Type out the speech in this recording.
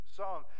song